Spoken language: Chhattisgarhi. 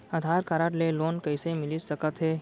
आधार कारड ले लोन कइसे मिलिस सकत हे?